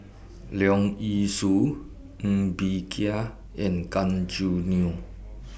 Leong Yee Soo Ng Bee Kia and Gan Choo Neo